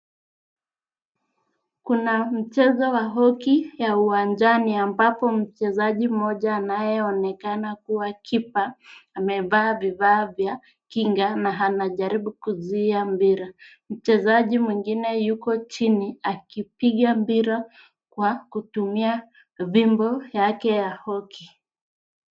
Kuna mchezo wa hokey ya uwajani ambapo mchezaji mmoja anayeonekana kuwa kipa amevaa vifaa vya kinga na anajaribu kuzuia mpira. Mchezaji mwingine yuko chini akipiga mpira kwa kutumia fimbo yake ya hokey.